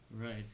Right